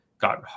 Got